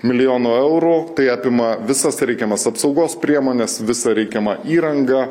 milijonų eurų tai apima visas reikiamas apsaugos priemones visą reikiamą įrangą